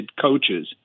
coaches